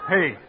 Hey